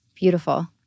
Beautiful